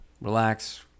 relax